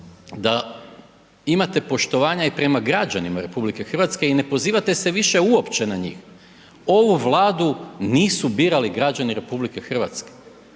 da imate poštovanja i prema građanima RH i ne pozivate se više uopće na njih, ovu Vladu nisu birali građani RH, 20 skoro